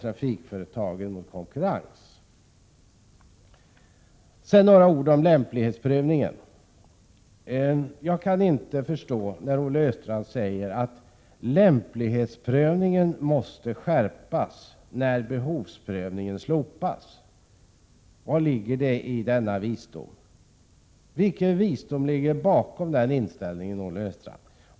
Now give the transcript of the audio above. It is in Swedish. Sedan några ord om lämplighetsprövningen. Jag kan inte förstå att lämplighetsprövningen måste skärpas när behovsprövningen slopas. Vilken visdom ligger bakom den inställningen, Olle Östrand?